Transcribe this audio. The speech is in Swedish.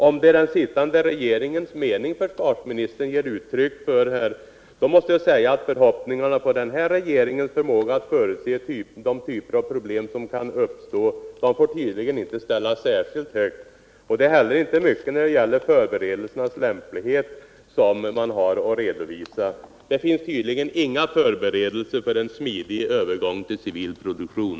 Om det är den sittande regeringens mening som försvarsministern ger uttryck för måste jag säga att förhoppningarna på den här regeringens förmåga att förutse de typer av problem som kan uppstå tydligen inte får ställas särskilt högt. Det är heller inte mycket som man har att redovisa när det gäller förberedelsernas lämplighet. Det finns tydligen inga förberedelser för en smidig övergång till en civil produktion.